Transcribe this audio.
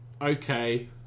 okay